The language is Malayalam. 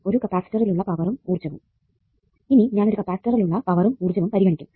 ഒരു കപ്പാസ്റ്ററിലുള്ള പവറും ഊർജ്ജവും ഇനി ഞാൻ ഒരു കപ്പാസ്റ്ററിലുള്ള പവറും ഊർജ്ജവും പരിഗണിക്കും